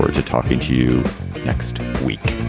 to talking to you next week